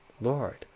Lord